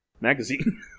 Magazine